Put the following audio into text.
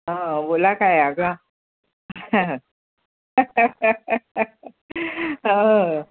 हां बोला काय अग हो